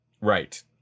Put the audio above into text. right